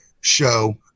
show